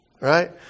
right